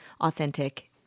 authentic